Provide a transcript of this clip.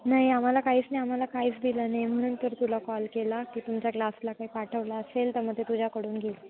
नाही आम्हाला काहीच नाही आम्हाला काहीच दिलं नाही म्हणून तर तुला कॉल केला की तुमच्या क्लासला काही पाठवला असेल तर मग ते तुझ्याकडून घेईन